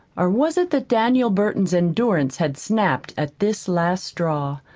or was it that daniel burton's endurance had snapped at this last straw?